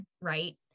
Right